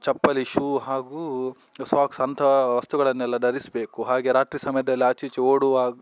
ಚಪ್ಪಲಿ ಶೂ ಹಾಗೂ ಸಾಕ್ಸ್ ಅಂತಹ ವಸ್ತುಗಳನ್ನೆಲ್ಲ ಧರಿಸಬೇಕು ಹಾಗೆ ರಾತ್ರಿ ಸಮಯದಲ್ಲಿ ಆಚೀಚೆ ಓಡುವಾಗ